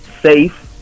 safe